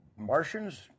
Martians